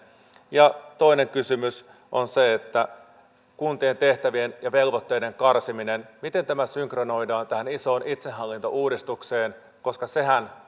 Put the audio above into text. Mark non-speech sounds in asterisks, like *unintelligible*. toinen kysymys on se miten kuntien tehtävien ja velvoitteiden karsiminen synkronoidaan tähän isoon itsehallintouudistukseen koska sehän *unintelligible*